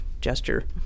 gesture